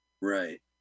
Right